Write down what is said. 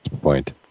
point